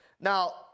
Now